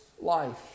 life